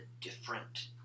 different